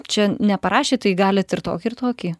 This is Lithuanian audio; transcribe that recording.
čia neparašė tai galit ir tokį ir tokį